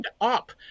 up